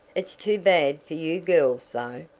it's too bad for you girls, though.